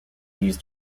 used